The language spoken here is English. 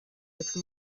open